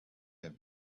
have